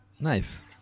Nice